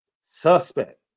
Suspect